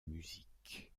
musique